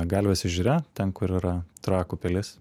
galvės ežere ten kur yra trakų pilis